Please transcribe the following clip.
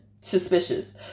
suspicious